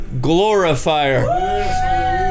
glorifier